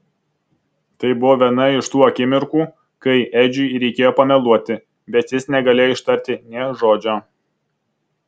tai buvo viena iš tų akimirkų kai edžiui reikėjo pameluoti bet jis negalėjo ištarti nė žodžio